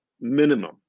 minimum